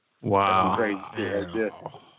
Wow